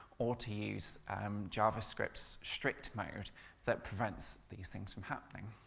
or to use um javascript's strict mode that prevents these things from happening.